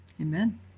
Amen